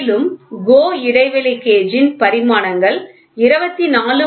மேலும் GO இடைவெளி gauge ன் பரிமாணங்கள் 24